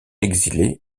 exilé